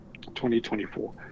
2024